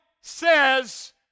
says